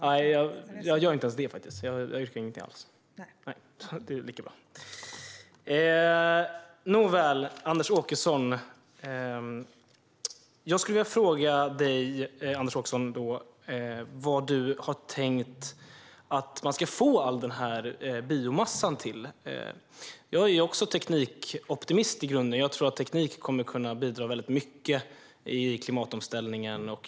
Fru talman! Jag vill börja med att dra tillbaka mitt tidigare yrkande, för det var helt enkelt fel. Jag yrkar inte på någonting alls. Jag skulle vilja fråga dig, Anders Åkesson, varifrån du har tänkt att man ska få all denna biomassa. Jag är också teknikoptimist i grunden, och jag tror att teknik kommer att kunna bidra mycket i klimatomställningen.